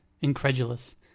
incredulous